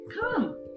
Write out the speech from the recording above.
Come